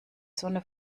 sonne